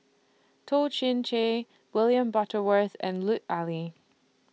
Toh Chin Chye William Butterworth and Lut Ali